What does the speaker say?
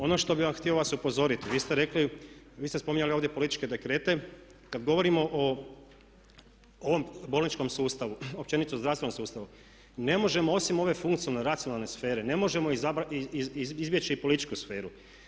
Ono što bih vam htio, vas upozoriti, vi ste rekli, vi ste spominjali ovdje političke dekrete, kada govorimo o ovom, bolničkom sustavu, općenito zdravstvenom sustavu ne možemo osim ove funkcionalne, racionalne sfere, ne možemo izbjeći i političku sferu.